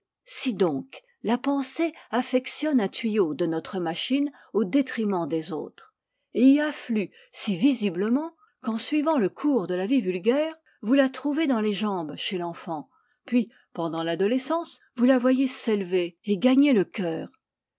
si donc la pensée affectionne un tuyau de notre machine au détriment des autres et y afflue si visiblement qu'en suivant le cours de la vie vulgaire vous la trouvez dans les jambes chez l'enfant puis pendant l'adolescence vous la voyez s'élever et gagner le cœur